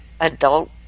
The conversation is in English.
Adult